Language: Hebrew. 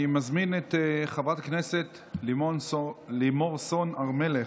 אני מזמין את חברת הכנסת לימור סון הר מלך,